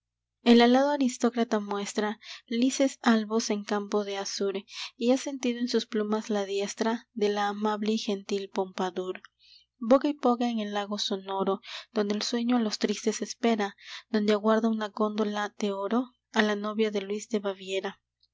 el alado aristócrata muestra lises albos en campo de azur y ha sentido en sus plumas la diestra de la amable y gentil pompadour boga y boga en el lago sonoro donde el sueño a los tristes espera donde aguarda una góndola de oro a la novia de luis de baviera